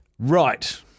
Right